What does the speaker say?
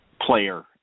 player